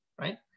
right